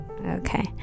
okay